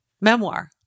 memoir